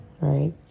right